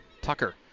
Tucker